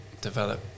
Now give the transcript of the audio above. develop